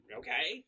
okay